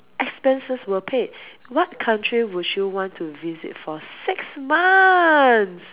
expenses were paid what country would you want to visit for six months